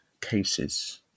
cases